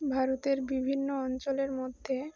ভারতের বিভিন্ন অঞ্চলের মধ্যে